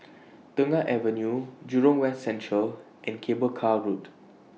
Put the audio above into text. Tengah Avenue Jurong West Central and Cable Car Road